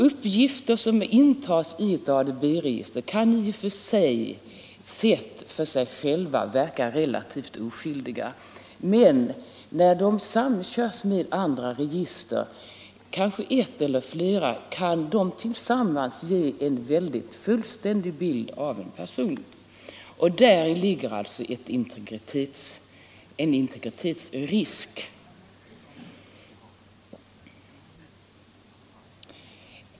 Uppgifter som intas i ett ADB-register kan, sedda för sig själva, verka relativt oskyldiga, men när registret samkörs med ett eller flera andra register kan uppgifterna tillsammans ge en mycket fullständig bild av en person. Däri ligger alltså en risk för integritetsintrång.